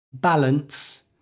balance